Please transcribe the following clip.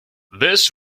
this